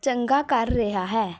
ਚੰਗਾ ਕਰ ਰਿਹਾ ਹੈ